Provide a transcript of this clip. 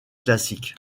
classique